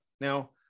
Now